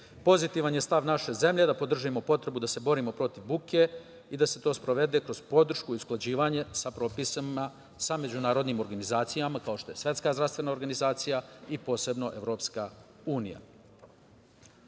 buke. Pozitivan je stav naše zemlje da podržimo potrebu da se borimo protiv buke i da se to sprovede kroz podršku i usklađivanje sa propisima sa međunarodnim organizacijama, kao što je Svetska zdravstvena organizacija i posebno EU.S obzirom